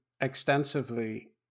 extensively